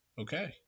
Okay